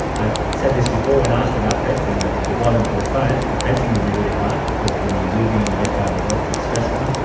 i've said this before when asked about fencing, that if it wasn't for the science, the fencing would be really hard because when you are losing and you get bad results it's stressful,